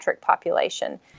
population